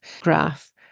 graph